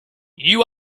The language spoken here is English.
you